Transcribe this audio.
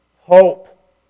hope